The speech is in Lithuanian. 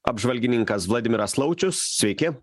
apžvalgininkas vladimiras laučius sveiki